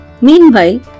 Meanwhile